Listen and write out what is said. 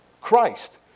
Christ